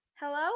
Hello